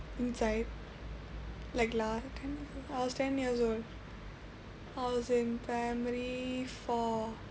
inside like last I was ten years old I was in primary four